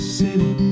city